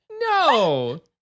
No